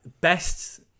Best